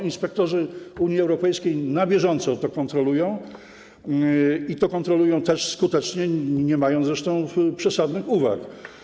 Inspektorzy Unii Europejskiej na bieżąco to kontrolują, i to kontrolują też skutecznie, nie mają zresztą przesadnych uwag.